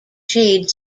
shade